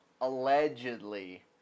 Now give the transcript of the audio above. allegedly